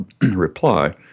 reply